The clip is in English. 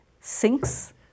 sinks